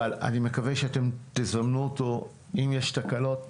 אבל אני מקווה שאתם תזמנו אותו, אם יש תקלות,